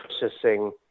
processing